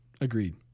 Agreed